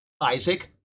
isaac